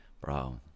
bro